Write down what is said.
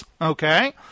Okay